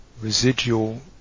residual